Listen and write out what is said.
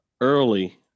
early